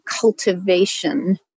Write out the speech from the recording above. cultivation